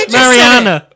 Mariana